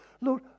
Lord